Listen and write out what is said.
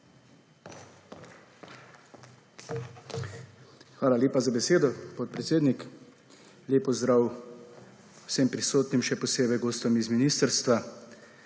Hvala lepa za besedo, podpredsednik. Lep pozdrav vsem prisotnim, še posebej gostom z ministrstva.